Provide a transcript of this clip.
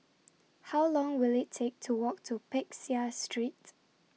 How Long Will IT Take to Walk to Peck Seah Street